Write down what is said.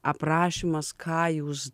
aprašymas ką jūs